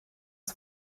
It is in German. die